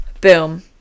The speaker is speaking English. Boom